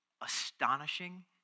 astonishing